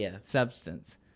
substance